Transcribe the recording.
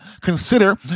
consider